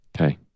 Okay